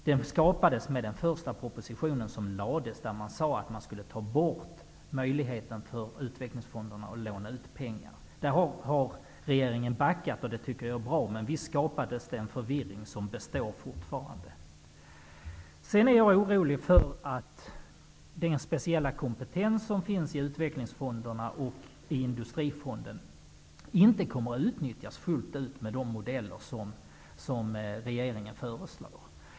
Den skapades med den första proposition som lades fram, i vilken man sade att man skulle ta bort möjligheterna för Utvecklingsfonderna att låna ut pengar. Regeringen har backat på den punkten, och det tycker jag är bra. Men visst skapades det en förvirring, som fortfarande består. Jag är orolig för att den speciella kompetens som finns i Utvecklingsfonderna och i Industrifonden inte kommer att utnyttjas fullt ut med de modeller som regeringen föreslår.